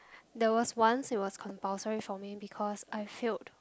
there was once it was compulsory for me because I failed